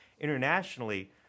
internationally